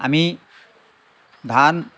আমি ধান